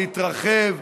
להתרחב.